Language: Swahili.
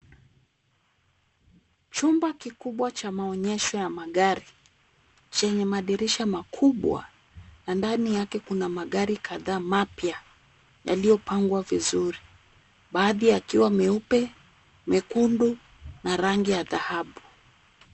Chumba kikubwa cha maonyesho ya magari. Chenye madirisha makubwa na ndani yake kuna madirisha kadhaa mapya yaliyopangwa vizuri baadhi yakiwa meupe, mekundu na rangi ya dhahabu